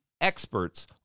experts